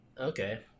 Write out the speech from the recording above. Okay